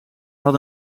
had